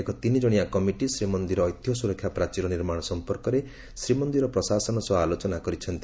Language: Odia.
ଏକ ତିନି ଜଶିଆ କମିଟି ଶ୍ରୀମନ୍ଦିର ଐତିହ୍ୟ ସୁରକ୍ଷା ପ୍ରାଚୀର ନିର୍ମାଶ ସମ୍ପର୍କରେ ଶ୍ରୀମନିର ପ୍ରଶାସନ ସହ ଆଲୋଚନା କରିଛନ୍ତି